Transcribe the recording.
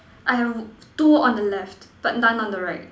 I have two on the left but none on the right